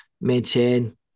maintain